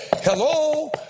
Hello